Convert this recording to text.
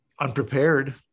unprepared